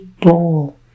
bowl